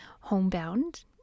homebound